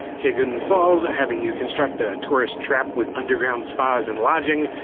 kegon falls having you construct a tourist trap with underground spas and lodging,